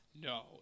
No